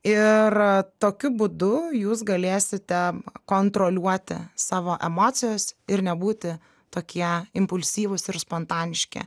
ir tokiu būdu jūs galėsite kontroliuoti savo emocijas ir nebūti tokie impulsyvūs ir spontaniški